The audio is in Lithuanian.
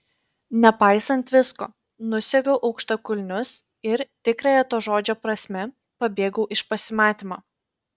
nepaisant visko nusiaviau aukštakulnius ir tikrąja to žodžio prasme pabėgau iš pasimatymo